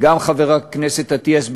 וגם חבר הכנסת אטיאס,